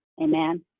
Amen